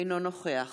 אינו נוכח